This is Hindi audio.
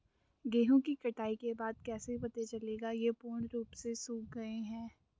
गेहूँ की कटाई के बाद कैसे पता चलेगा ये पूर्ण रूप से सूख गए हैं?